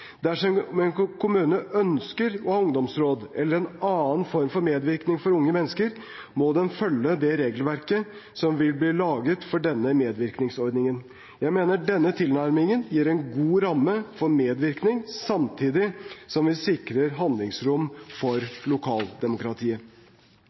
Dersom en kommune ønsker å ha et ungdomsråd eller en annen form for medvirkning for unge mennesker, må den følge det regelverket som vil bli laget for denne medvirkningsordningen. Jeg mener denne tilnærmingen gir en god ramme for medvirkning, samtidig som vi sikrer handlingsrom for lokaldemokratiet.